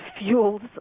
fuels